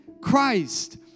Christ